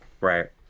Right